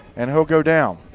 and he'll go down.